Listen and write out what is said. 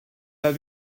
pas